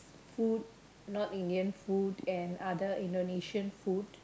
food non Indian food and other Indonesian food